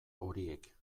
horiek